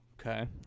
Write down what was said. Okay